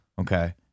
Okay